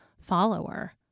follower